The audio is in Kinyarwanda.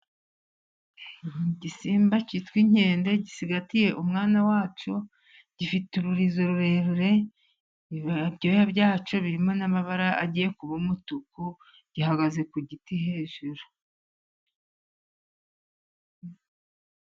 Igisimba cyitwa inkende gisigatiye umwana wacyo ,gifite ururizo rurerure, ibyoya byacyo birimo n'amabara agiye kuba umutuku, gihagaze ku giti hejuru.